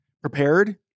Prepared